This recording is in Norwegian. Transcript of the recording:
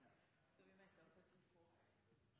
så store at det er